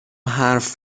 حرف